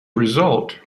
result